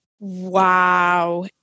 wow